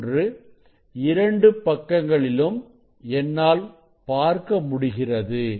மற்றொன்று இரண்டு பக்கங்களிலும் என்னால் பார்க்க முடிகிறது